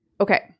Okay